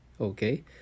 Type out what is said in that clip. okay